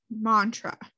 mantra